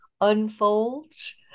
unfolds